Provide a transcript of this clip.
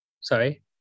Sorry